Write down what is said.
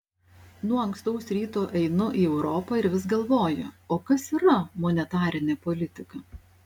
nuo ankstaus ryto einu į europą ir vis galvoju o kas yra monetarinė politika